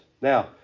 Now